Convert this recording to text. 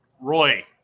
Roy